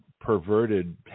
perverted